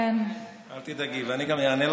אני יודעת מה.